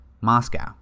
Moscow